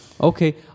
Okay